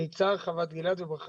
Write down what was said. ניצן, חוות גלעד ---.